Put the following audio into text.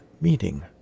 Meeting